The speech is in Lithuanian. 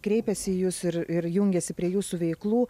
kreipiasi į jus ir ir jungiasi prie jūsų veiklų